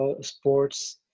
sports